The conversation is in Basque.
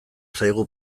zaigu